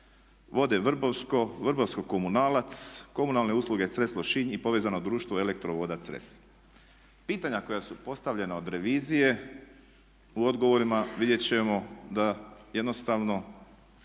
Vode Vrbovsko, Vrbovsko komunalac, komunalne usluge Cres Lošinj i povezano društvo ELEKTRO - VODA Cres. Pitanja koja su postavljena od revizije u odgovorima vidjeti ćemo da jednostavno